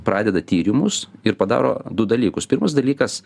pradeda tyrimus ir padaro du dalykus pirmas dalykas